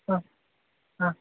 ಹಾಂ ಹಾಂ